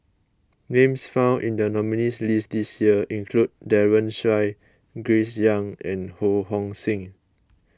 names found in the nominees' list this year include Daren Shiau Grace Young and Ho Hong Sing